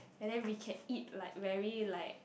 and then we can eat like very like